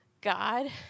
God